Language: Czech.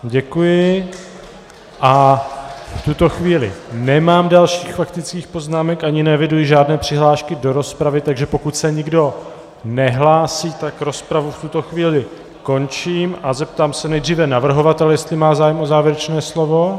Děkuji a v tuto chvíli nemám dalších faktických poznámek a ani neeviduji žádné přihlášky do rozpravy, takže pokud se nikdo nehlásí, tak rozpravu v tuto chvíli končím a zeptám se nejdříve navrhovatele, jestli má zájem o závěrečné slovo.